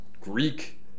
Greek